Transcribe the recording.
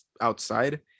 outside